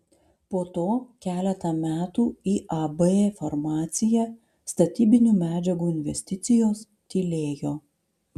po to keletą metų iab farmacija statybinių medžiagų investicijos tylėjo